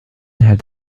had